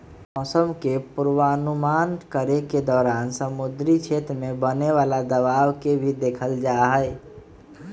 मौसम के पूर्वानुमान करे के दौरान समुद्री क्षेत्र में बने वाला दबाव के भी देखल जाहई